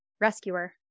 Rescuer